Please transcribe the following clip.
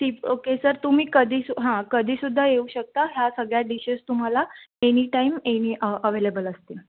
C okay sir तुम्ही कधीच हां कधीसुद्धा येऊ शकता ह्या सगळ्या डिशेस तुम्हाला एनी टाइम एनी अवेलेबल असतील